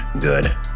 good